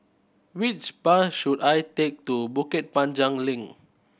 which bus should I take to Bukit Panjang Link